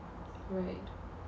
right